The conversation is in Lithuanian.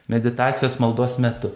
meditacijos maldos metu